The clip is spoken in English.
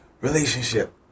relationship